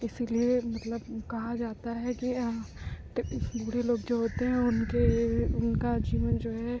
इसीलिए मतलब कहा जाता है कि बूढ़े लोग जो होते हैं उनके उनका जीवन जो है